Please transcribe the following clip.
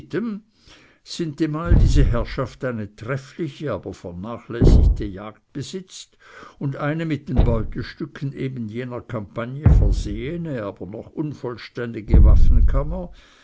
item sintemal diese herrschaft eine treffliche aber vernachlässigte jagd besitzt und eine mit den beutestücken eben jener kampagne versehene aber noch unvollständige waffenkammer